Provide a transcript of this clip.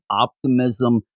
optimism